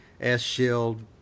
S-Shield